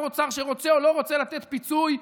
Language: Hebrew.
שרוצה או לא רוצה לתת פיצוי,